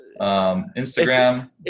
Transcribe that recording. Instagram